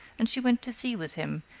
and she went to sea with him,